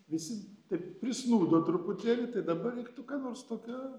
visi taip prisnūdo truputėlį tai dabar reiktų kad nors tokio